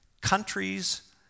countries